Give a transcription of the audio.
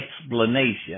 explanation